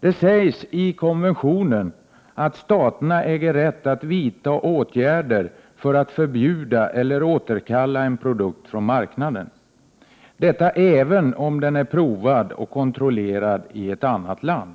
Det sägs i konventionen att staterna äger rätt att vidta åtgärder för att förbjuda eller återkalla en produkt på marknaden, detta även om den är provad och kontrollerad i ett annat land.